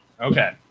Okay